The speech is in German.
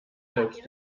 selbst